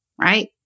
right